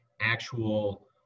actual